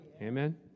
Amen